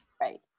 Right